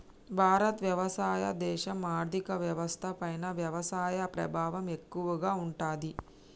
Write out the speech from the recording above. భారత్ వ్యవసాయ దేశం, ఆర్థిక వ్యవస్థ పైన వ్యవసాయ ప్రభావం ఎక్కువగా ఉంటది